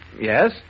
Yes